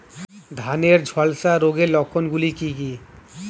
ধানের ঝলসা রোগের লক্ষণগুলি কি কি?